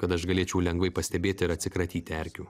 kad aš galėčiau lengvai pastebėti ir atsikratyti erkių